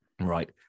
Right